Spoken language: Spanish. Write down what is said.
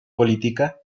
política